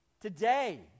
today